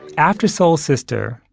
after soul sister,